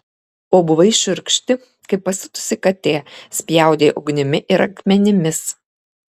o buvai šiurkšti kaip pasiutusi katė spjaudei ugnimi ir akmenimis